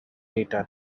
data